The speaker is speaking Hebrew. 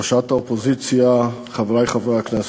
ראשת האופוזיציה, חברי חברי הכנסת,